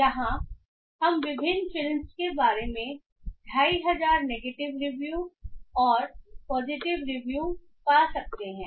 यहां हम विभिन्न फिल्मस के बारे में 2500 नेगेटिव रिव्यू और पॉजिटिव रिव्यू पा सकते हैं